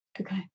Okay